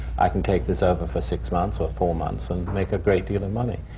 i can take this over for six months or four months and make a great deal of money.